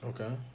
Okay